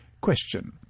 Question